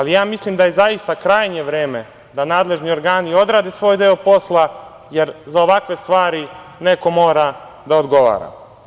Ja mislim da je zaista krajnje vreme da nadležni organi odrade svoj deo posla, jer za ovakve stvari neko mora da odgovara.